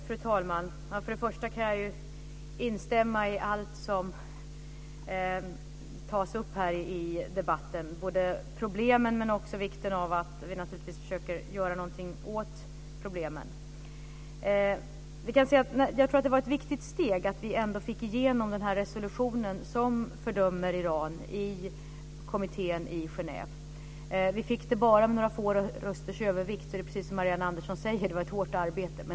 Fru talman! Jag kan instämma i allt som tas upp i debatten, både problemen och vikten av att vi försöker göra någonting åt dem. Det var ett viktigt steg att vi fick igenom resolutionen som fördömer Iran i kommittén i Genève. Vi fick igenom den med bara några få rösters övervikt. Det var ett hårt arbete, precis som Marianne Andersson säger.